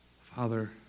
Father